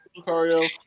Lucario